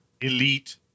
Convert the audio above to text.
elite